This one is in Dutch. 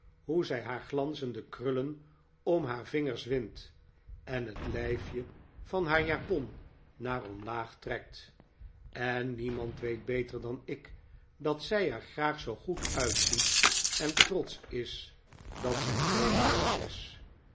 hoe zij haar glanzende krullen om haar vingers windt en het lijfje van haar japon naar omlaag trekt en niemand weet beter dan ik dat zij er graag zoo goed uitziet en trotsch is dat zij zoo mooi is